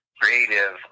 creative